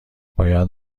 باید